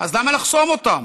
אז למה לחסום אותם?